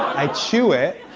i chew it,